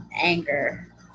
anger